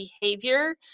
behavior